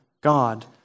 God